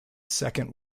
second